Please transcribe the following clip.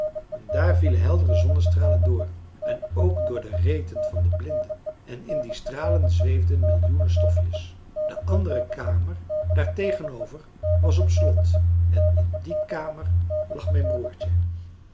en daar vielen heldere zonnestralen door en ook door de reten van de blinden en in die stralen zweefden millioenen stofjes de andere kamer daar tegenover was op slot en in die kamer lag mijn broertje